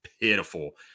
pitiful